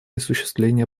осуществления